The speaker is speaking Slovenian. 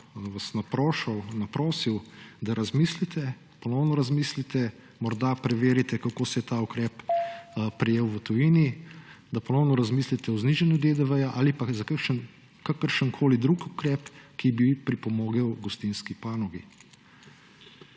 prosil, da razmislite, ponovno razmislite, morda preverite, kako se je ta ukrep prijel v tujini, da ponovno razmislite o znižanju DDV ali pa o kakršnemkoli drugem ukrepu, ki bi pripomogel gostinski panogi.